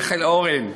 מיכאל אורן,